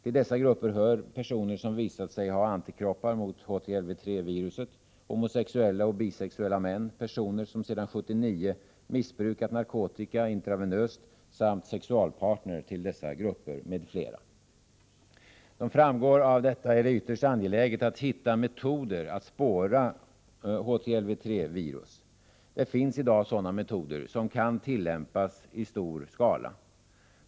Till dessa hör personer som visat sig ha antikroppar mot HTLV-III-viruset, homosexuella och bisexuella män, personer som sedan 1979 missbrukat narkotika intravenöst samt sexualpartner till dessa grupper m.fl. Som framgår av detta är det ytterst angeläget att hitta metoder att spåra HTLV-III-virus. Det finns i dag sådana metoder, som kan tillämpas i stor skala.